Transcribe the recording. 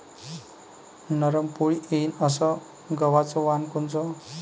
नरम पोळी येईन अस गवाचं वान कोनचं?